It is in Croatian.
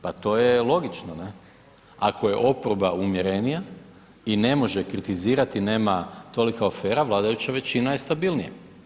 Pa to je logični, ne, ako je oporba umjerenija i ne može kritizirati, nema toliko afera, vladajuća većina je stabilnija.